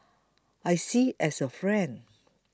I see as a friend